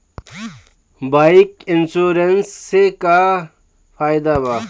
Bike insurance से का फायदा बा?